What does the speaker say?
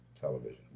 television